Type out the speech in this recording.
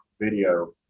video